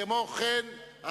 כמו כן,